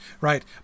right